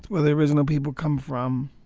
where the original people come from.